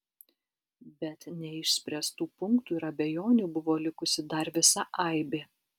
bet neišspręstų punktų ir abejonių buvo likusi dar visa aibė